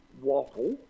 Waffle